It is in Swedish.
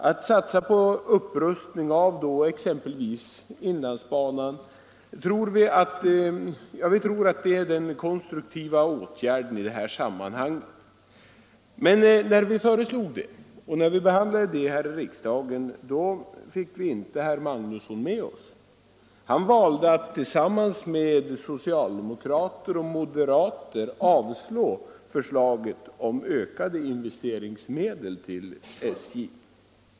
Att satsa på upprustning av exempelvis inlandsbanan tror vi är den konstruktiva åtgärden i detta sammanhang. Men när vi föreslog det, och när förslaget behandlades här i riksdagen, fick vi inte herr Magnusson med oss. Han valde att tillsammans med socialdemokrater och moderater avslå förslaget om ökade investeringsmedel till SJ.